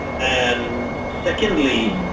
and secondly,